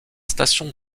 station